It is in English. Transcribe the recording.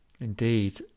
Indeed